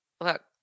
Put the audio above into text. Look